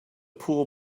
poor